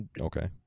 okay